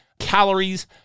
calories